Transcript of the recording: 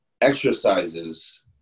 Exercises